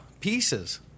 Pieces